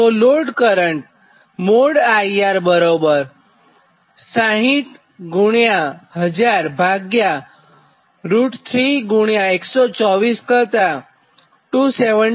તો load current IR| બરાબર 601000 ભાગ્યા √3124 કરતાં 279